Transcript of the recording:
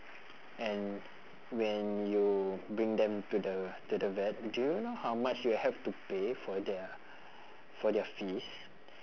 and when you bring them to the to the vet do you know how much you'll have to pay for their for their fees